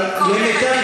במקום לבטל,